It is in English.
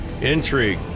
intrigue